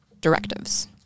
directives